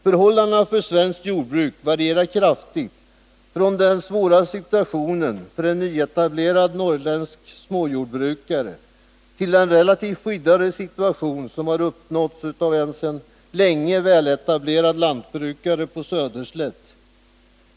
Förhållandena för svenskt jordbruk varierar kraftigt — från den svåra situationen för en nyetablerad norrländsk småjordbrukare till den relativt skyddade situation som har uppnåtts av en sedan länge väletablerad lantbrukare på Söderslätt.